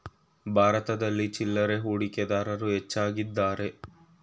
ಭಾರತದಲ್ಲಿ ಚಿಲ್ಲರೆ ಹೂಡಿಕೆದಾರರು ಹೆಚ್ಚಾಗಿದ್ದಾರೆ